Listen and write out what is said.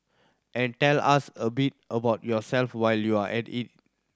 and tell us a bit about yourself while you're at it